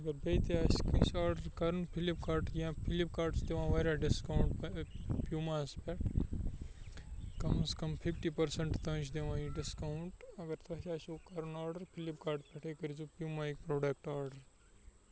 اگر بیٚیہِ تہِ آسہِ کٲنٛسہِ آڈَر کَرُن فِلِپ کاٹ یا فِلِپ کاٹ چھُ دِوان واریاہ ڈِسکاوُنٛٹ پیوٗماہَس پٮ۪ٹھ کَم اَز کَم فِفٹی پٔرسَنٛٹ تام چھِ دِوان یہِ ڈِسکاوُنٛٹ اگر تۄہہِ تہِ آسِوُ کَرُن آڈَر فِلِپ کاٹ پٮ۪ٹھَے کٔرۍزیو پیوٗمایِکۍ پرٛوڈَکٹ آڈَر